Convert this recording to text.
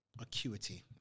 Acuity